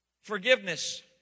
Forgiveness